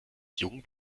jung